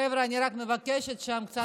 חבר'ה, אני רק מבקשת שם קצת יותר בשקט.